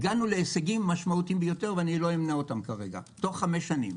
הגענו להישגים משמעותיים ביותר ואני לא אמנה אותם כרגע תוך 5 שנים.